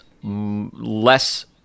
less